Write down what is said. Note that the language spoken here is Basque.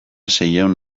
seiehun